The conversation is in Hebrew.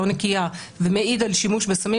לא נקייה ומעידה על שימוש בסמים,